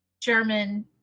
German